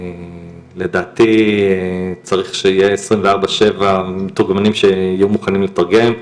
לדעתי צריך שיהיה עשרים וארבע/שבע מתורגמנים שיכולים לתרגם.